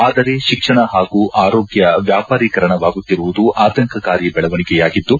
ಆದರೆ ಶಿಕ್ಷಣ ಹಾಗೂ ಆರೋಗ್ಯ ವ್ಯಾಪಾರೀಕರಣವಾಗುತ್ತಿರುವುದು ಆತಂಕಕಾರಿ ಬೆಳವಣಿಗೆಯಾಗಿದ್ದು